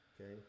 Okay